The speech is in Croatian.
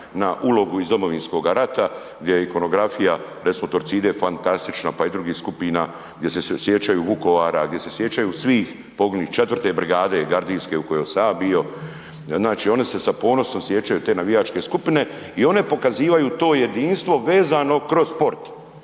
na ulogu iz domovinskoga rata gdje je ikonografija recimo Torcide fantastična, pa i drugih skupina gdje se sjećaju Vukovara, gdje se sjećaju svih poginulih, 4. brigade gardijske u kojoj sam ja bio, znači oni se sa ponosom sjećanju te navijačke skupine i one pokazivaju to jedinstvo vezano kroz sport,